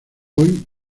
hoy